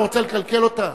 אתה רוצה לקלקל אותה?